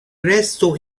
resto